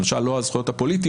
למשל לא על הזכויות הפוליטיות,